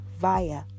via